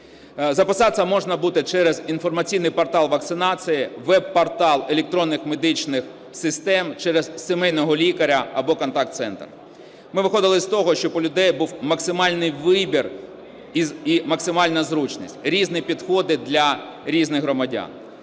Записатися можна буде через інформаційний портал вакцинації, веб-портал електронних медичних систем, через сімейного лікаря або контакт-центр. Ми виходили з того, щоб у людей був максимальний вибір і максимальна зручність, різні підходи для різних громадян.